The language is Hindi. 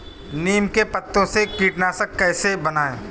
नीम के पत्तों से कीटनाशक कैसे बनाएँ?